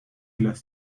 las